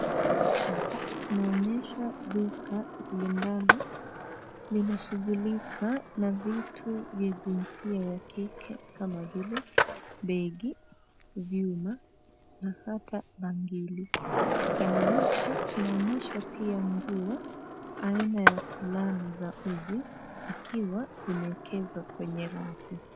Hapa tunaonyeshwa duka la bidhaa. Linashughulika na vitu vya jinsia ya kike kama vile begi, vyuma na hata bangili. Kando yake tunaonyeshwa pia nguo aina ya fulana za uzi zikiwa zimewekezwa kwenye rafu.